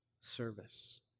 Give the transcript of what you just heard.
service